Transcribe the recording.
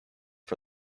for